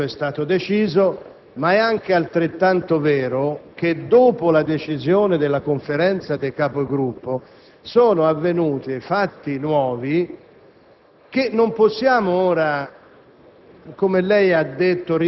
che ieri nella Conferenza dei Capigruppo questo è stato deciso, ma è altrettanto vero che, dopo la decisione della Conferenza dei Capigruppo, sono avvenuti fatti nuovi